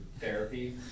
therapy